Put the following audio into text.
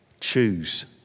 choose